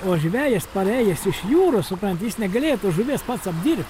o žvejas parėjęs iš jūros supranti jis negalėtų žuvies pats apdirb